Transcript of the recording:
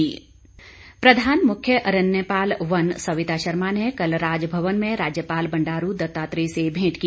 भेंट प्रधान मुख्य अरण्यपाल वन सविता शर्मा ने कल राजभवन में राज्यपाल बंडारू दत्तात्रेय से भेंट की